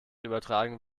übertragen